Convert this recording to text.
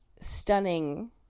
stunning